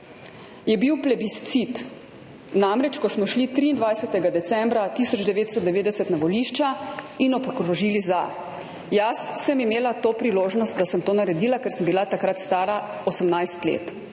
je bil plebiscit, namreč ko smo šli 23. decembra 1990 na volišča in obkrožili za. Jaz sem imela to priložnost, da sem to naredila, ker sem bila takrat stara 18 let,